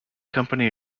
company